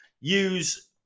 use